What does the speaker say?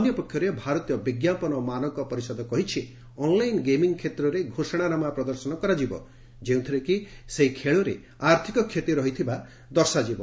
ଅନ୍ୟପକ୍ଷରେ ଭାରତୀୟ ବିଞ୍ଜାପନ ମାନକ ପରିଷଦ କହିଛି ଅନ୍ଲାଇନ୍ ଗେମିଂ କ୍ଷେତ୍ରରେ ଘୋଷଣାନାମା ପ୍ରଦର୍ଶନ କରାଯିବ ଯେଉଁଥିରେ କି ସେହି ଖେଳରେ ଆର୍ଥକ କ୍ଷତି ରହିଥିବା ଦର୍ଶାଯିବ